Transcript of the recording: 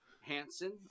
Hansen